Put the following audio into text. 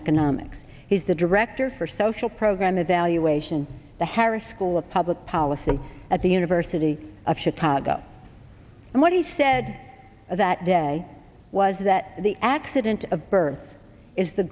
economics he's the director for social program evaluation the harris school of public policy at the university of chicago and what he said that day was that the accident of birth is the